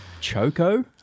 Choco